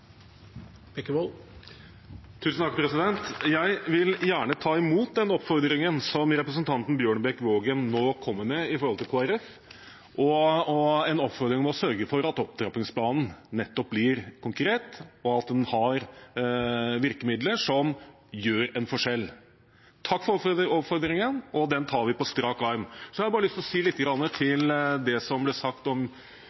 Jeg vil gjerne ta imot den oppfordringen som representanten Bjørnebekk-Waagen nå kommer med til Kristelig Folkeparti, en oppfordring om å sørge for at opptrappingsplanen blir konkret, og at den har virkemidler som utgjør en forskjell. Takk for oppfordringen – den tar vi på strak arm. Jeg har lyst til bare å si lite grann til